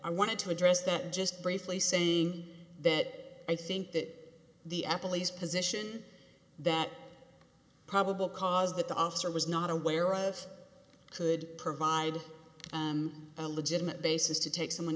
i wanted to address that just briefly saying that i think that the apple is position that probable cause that the officer was not aware of could provide a legitimate basis to take someone